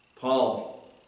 Paul